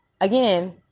again